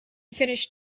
finished